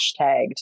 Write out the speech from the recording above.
hashtagged